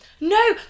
No